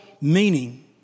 meaning